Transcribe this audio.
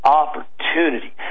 opportunity